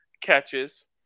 catches